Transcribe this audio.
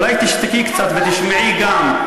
אולי תשתקי קצת ותשמעי גם,